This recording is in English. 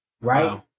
Right